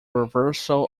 reversal